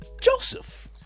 Joseph